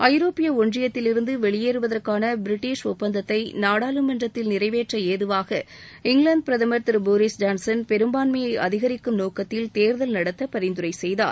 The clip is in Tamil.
ஐரோப்பிய ஒன்றியத்திலிருந்து வெளியேறுவதற்கான பிரிட்டிஷ் ஒப்பந்தத்தை நாடாளுமன்றத்தில் நிறைவேற்ற ஏதுவாக இங்கிலாந்து பிரதமர் திரு போரிஸ் ஜான்சன் பெரும்பான்மையை அதிகரிக்கும் நோக்கத்தில் தேர்தல் நடத்த பரிந்துரை செய்தார்